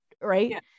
right